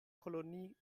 kolonie